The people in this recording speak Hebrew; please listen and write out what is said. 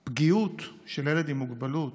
הפגיעות של ילד עם מוגבלות